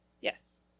Yes